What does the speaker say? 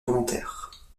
volontaire